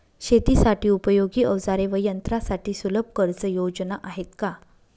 शेतीसाठी उपयोगी औजारे व यंत्रासाठी सुलभ कर्जयोजना आहेत का?